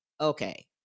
okay